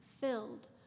filled